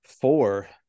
four